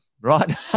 right